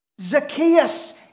Zacchaeus